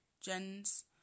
gens